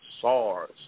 SARS